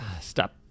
Stop